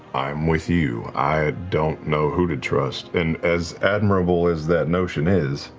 i'm with you, i don't know who to trust and, as admirable as that notion is,